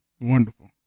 wonderful